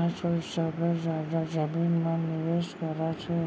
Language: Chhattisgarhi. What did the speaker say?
आजकल सबले जादा जमीन म निवेस करत हे